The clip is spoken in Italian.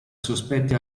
sospetti